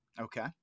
okay